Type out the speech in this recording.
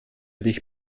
dich